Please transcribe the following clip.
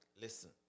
listen